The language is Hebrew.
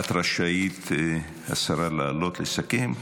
את רשאית, השרה, לעלות ולסכם.